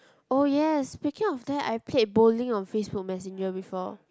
oh yes speaking of that I played bowling on Facebook messenger before